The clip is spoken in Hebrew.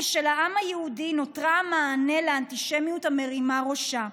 של העם היהודי נותרה המענה לאנטישמיות המרימה ראשה.